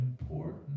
important